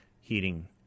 heating